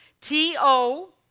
T-O